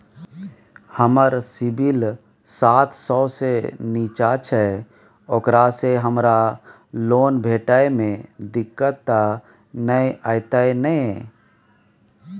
हमर सिबिल सात सौ से निचा छै ओकरा से हमरा लोन भेटय में दिक्कत त नय अयतै ने?